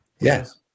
Yes